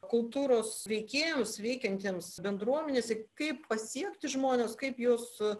kultūros veikėjams veikiantiems bendruomenėse kaip pasiekti žmones kaip juos